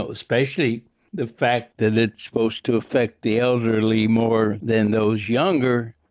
ah especially the fact that it's supposed to affect the elderly more than those younger.